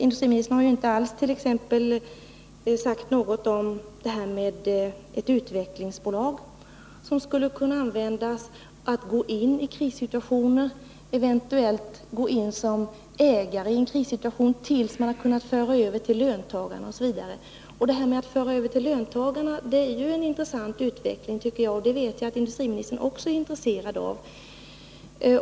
Industriministern har t.ex. inte sagt någonting alls om förslaget om ett utvecklingsbolag som skulle kunna gripa in i en krissituation, eventuellt gå in som ägare tills företaget möjligen kan tas över av löntagarna. Detta med att löntagarna tar över en verksamhet är ju en intressant utveckling, och den vet jag att industriministern också är intresserad av.